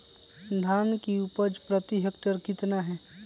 धान की उपज प्रति हेक्टेयर कितना है?